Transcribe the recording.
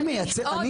אני מייצר,